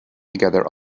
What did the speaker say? together